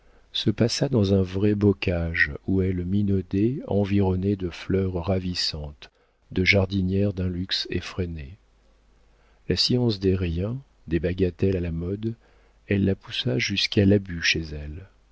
se passa dans un vrai bocage où elle minaudait environnée de fleurs ravissantes de jardinières d'un luxe effréné la science des riens des bagatelles à la mode elle la poussa jusqu'à l'abus chez elle